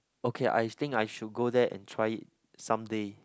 okay I think I should go there and try it someday